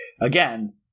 again